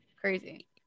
crazy